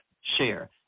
share